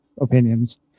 opinions